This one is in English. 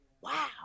Wow